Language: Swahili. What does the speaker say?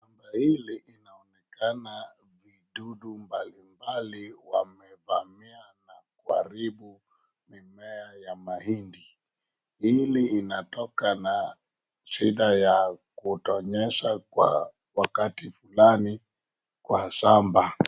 Hili inaonekana dudu mbalimbali wamevamai na kuharibu mimea ya mahindi. Hili linatoka na shida ya kutonyesha kwa wakati fulani kwa shamba.